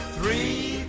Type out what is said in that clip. Three